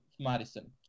madison